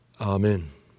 Amen